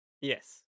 Yes